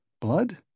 Blood